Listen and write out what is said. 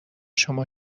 شما